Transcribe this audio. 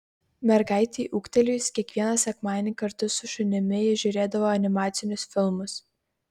mergaitei ūgtelėjus kiekvieną sekmadienį kartu su šunimi ji žiūrėdavo animacinius filmus